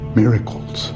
miracles